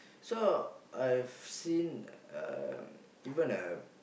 so I've seen um even a